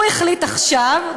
הוא החליט עכשיו,